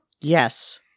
Yes